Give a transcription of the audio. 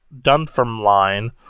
Dunfermline